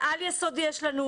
בעל-יסודי יש לנו